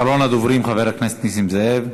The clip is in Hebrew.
אחרון הדוברים, חבר הכנסת נסים זאב.